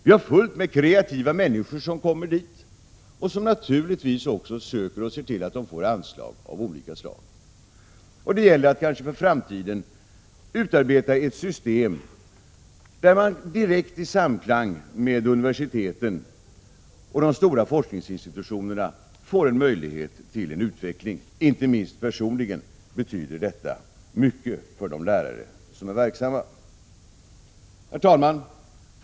Vi har många kreativa människor 1 som kommer dit och som naturligtvis också söker och ser till att de får anslag av olika slag. För framtiden gäller det kanske att utarbeta ett system där man direkt i samklang med universiteten och de stora forskningsinstitutionerna får en möjlighet till utveckling. Det betyder mycket, inte minst personligen för de lärare som är verksamma där. Herr talman!